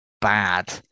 bad